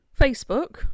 Facebook